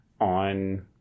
on